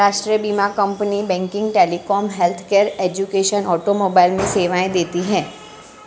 राष्ट्रीय बीमा company banking, telecom, healthcare, education, automobile में सेवाएं देती है